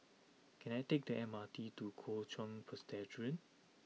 can I take the M R T to Kuo Chuan Presbyterian